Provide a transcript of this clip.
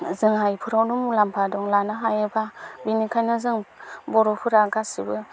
जोंहा इफोरावनो मुलाम्फा दं लानो हायोबा बेनिखायनो जों बर'फोरा गासिबो